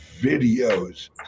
videos